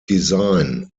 design